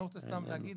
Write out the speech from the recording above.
אני לא רוצה סתם להגיד.